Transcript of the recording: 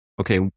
okay